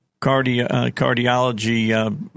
cardiology